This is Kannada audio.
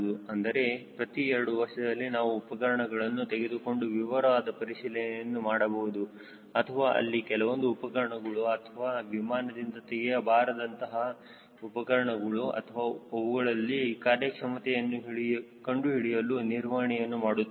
ಅಂದರೆ ಪ್ರತಿ 2 ವರ್ಷದಲ್ಲಿ ನಾವು ಉಪಕರಣಗಳನ್ನು ತೆಗೆದುಕೊಂಡು ವಿವರವಾದ ಪರಿಶೀಲನೆಯನ್ನು ಮಾಡಬಹುದು ಅಥವಾ ಅಲ್ಲಿ ಕೆಲವೊಂದು ಉಪಕರಣಗಳು ಅಥವಾ ವಿಮಾನದಿಂದ ತೆಗೆಯಬಾರದಂತಹ ಉಪಕರಣಗಳು ಅಥವಾ ಅವುಗಳ ಕಾರ್ಯಕ್ಷಮತೆಯನ್ನು ಕಂಡುಹಿಡಿಯಲು ನಿರ್ವಹಣೆಯನ್ನು ಮಾಡುತ್ತೇವೆ